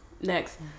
Next